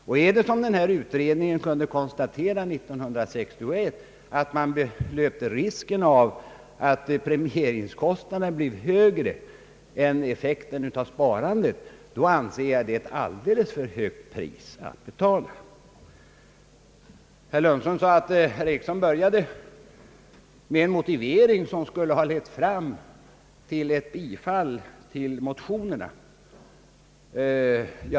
Förhåller det sig så som utredningen kunde konstatera 1961, att man löper risken av att premieringskostnaden blir större än effekten på sparandet, så anser jag priset vara alldeles för högt. Herr Lundström tyckte att jag började med en motivering, som borde ha lett fram till ett yrkande om bifall till reservationerna.